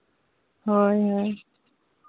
ᱦᱳᱭ ᱦᱳᱭ